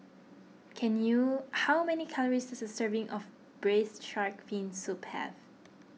can you how many calories does a serving of Braised Shark Fin Soup have